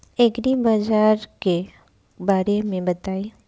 एग्रीबाजार के बारे में बताई?